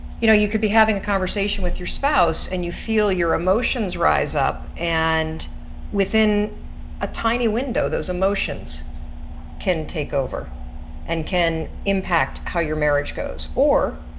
you know you could be having a conversation with your spouse and you feel your emotions rise up and within a tiny window those emotions can take over and can impact how your marriage goes.